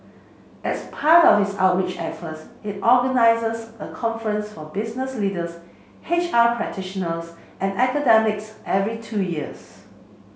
as part of its outreach efforts it organises a conference for business leaders H R practitioners and academics every two years